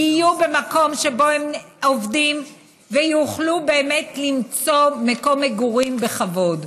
יהיו במקום שבו הם עובדים ויוכלו באמת למצוא מקום מגורים בכבוד.